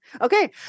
Okay